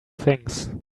things